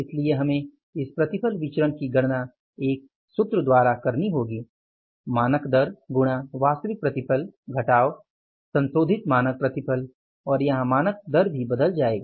इसलिए हमें इस प्रतिफल विचरण की गणना एक सूत्र द्वारा करनी होगी मानक दर गुणा वास्तविक प्रतिफल घटाव संशोधित मानक प्रतिफल और यहाँ मानक दर भी बदल जाएगा